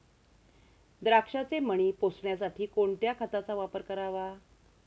द्राक्षाचे मणी पोसण्यासाठी कोणत्या खताचा वापर करावा?